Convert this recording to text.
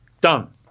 Done